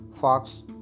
fox